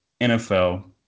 NFL